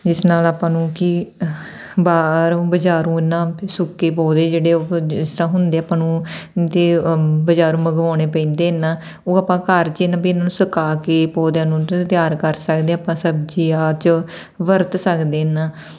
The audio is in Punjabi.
ਜਿਸ ਨਾਲ ਆਪਾਂ ਨੂੰ ਕਿ ਬਾਹਰੋਂ ਬਾਜ਼ਾਰੋਂ ਇਹਨਾਂ ਸੁੱਕੇ ਪੌਦੇ ਜਿਹੜੇ ਓ ਜਿਸ ਤਰ੍ਹਾਂ ਹੁੰਦੇ ਆਪਾਂ ਨੂੰ ਦੇ ਬਾਜ਼ਾਰੋਂ ਮੰਗਵਾਉਣੇ ਪੈਂਦੇ ਹਨ ਉਹ ਆਪਾਂ ਘਰ 'ਚ ਇਹਨਾਂ ਵੀ ਨੂੰ ਸੁਕਾ ਕੇ ਪੌਦਿਆਂ ਨੂੰ ਤਿਆਰ ਕਰ ਸਕਦੇ ਹਾਂ ਆਪਾਂ ਸਬਜ਼ੀ ਆਦਿ 'ਚ ਵਰਤ ਸਕਦੇ ਹਨ